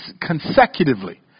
consecutively